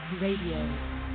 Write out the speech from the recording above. Radio